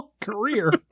career